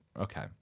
Okay